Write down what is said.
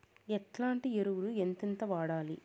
ఎట్లాంటి ఎరువులు ఎంతెంత వాడాలి?